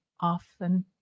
often